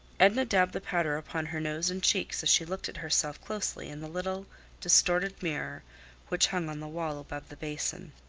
edna dabbed the powder upon her nose and cheeks as she looked at herself closely in the little distorted mirror which hung on the wall above the basin.